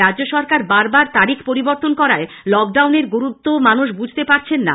রাজ্য সরকার বারবার তারিখ পরিবর্তন করায় লকডাউনের গুরুত্ব মানুষ বঝতে পাছে না